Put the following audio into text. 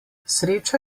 sreča